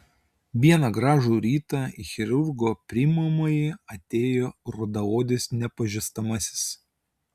vieną gražų rytą į chirurgo priimamąjį atėjo rudaodis nepažįstamasis